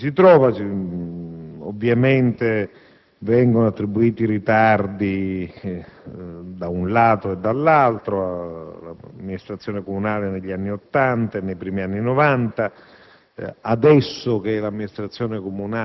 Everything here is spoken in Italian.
situazione nella quale ci si trova. Ovviamente vengono attribuiti ritardi da un lato e dall'altro: all'Amministrazione comunale negli anni Ottanta e nei primi anni Novanta,